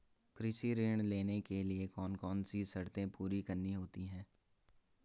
कृषि ऋण लेने के लिए कौन कौन सी शर्तें पूरी करनी होती हैं?